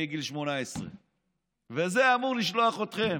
מגיל 18. וזה אמור לשלוח אתכם.